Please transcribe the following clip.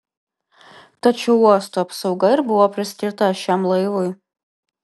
tad šio uosto apsauga ir buvo priskirta šiam laivui